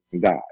God